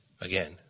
again